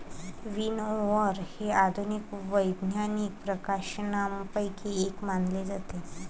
विनओवर हे आधुनिक वैज्ञानिक प्रकाशनांपैकी एक मानले जाते